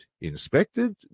inspected